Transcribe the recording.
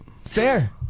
Fair